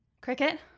Cricket